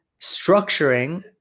structuring